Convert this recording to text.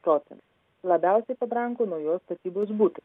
procentais labiausiai pabrango naujos statybos butai